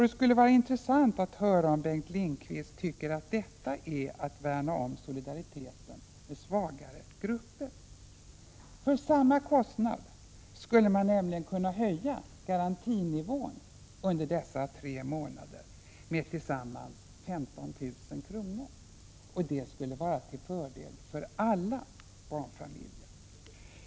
Det skulle vara intressant att höra om Bengt Lindqvist tycker att detta är att värna om solidariteten med svagare grupper. För samma kostnad skulle man nämligen kunna höja garantinivån under dessa tre månader med tillsammans 15 000 kr. Det skulle vara till fördel för alla barnfamiljer.